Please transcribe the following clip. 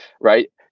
right